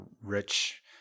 rich